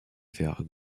vers